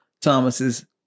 Thomas's